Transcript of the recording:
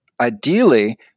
ideally